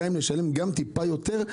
גם אם נשלם טיפה יותר,